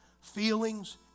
feelings